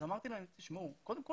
אז אמרתי להם קודם כל